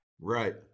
Right